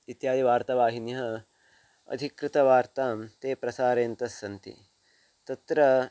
इत्याद्यः वार्तवाहिन्यः अधिकृतवार्तां ते प्रसारन्तस्सन्ति तत्र